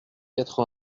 quatre